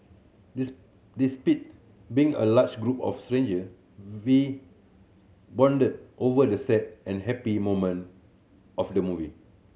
despite being a large group of stranger we bonded over the sad and happy moment of the movie